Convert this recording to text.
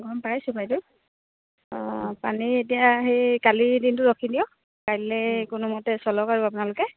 গম পাইছোঁ বাইদেউ অঁ পানী এতিয়া সেই কালিৰ দিনটো ৰখি দিয়ক কাইলে কোনোমতে চলক আৰু আপোনালোকে